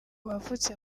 wavutse